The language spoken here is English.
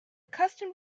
custom